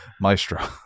Maestro